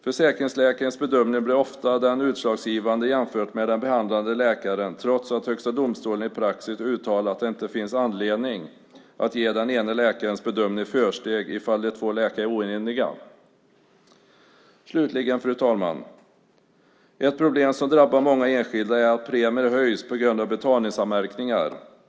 Försäkringsläkarens bedömning blir ofta den utslagsgivande jämfört med den behandlande läkarens, trots att Högsta domstolen i praxis uttalat att det inte finns anledning att ge den ena läkarens bedömning försteg i fall då två läkare är oeniga. Slutligen, fru talman, vill jag ta upp ett problem som drabbar många enskilda, nämligen att premier höjs på grund av betalningsanmärkningar.